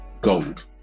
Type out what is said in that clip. gold